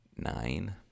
nine